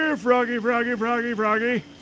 ah froggy, froggy, froggy, froggy.